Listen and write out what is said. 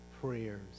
prayers